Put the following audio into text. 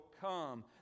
come